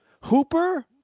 Hooper